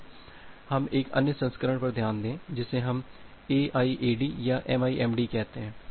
अब हम एक अन्य संस्करण पर ध्यान दें जिसे हम AIAD या MIMD कहते हैं